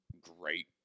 great